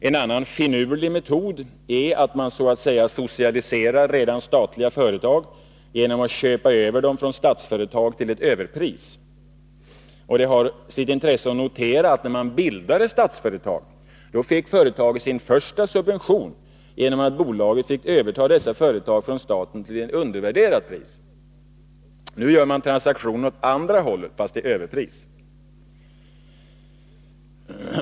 En annan finurlig metod är att man så att säga socialiserar redan statliga företag genom att köpa över dem från Statsföretag till ett överpris. Det har sitt intresse att notera att när man bildade Statsföretag fick företaget sin första subvention genom att bolaget fick överta dessa företag från staten till ett undervärderat pris. Nu gör man transaktionen åt andra hållet fast till överpris.